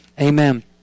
Amen